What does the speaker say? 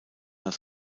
als